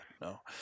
No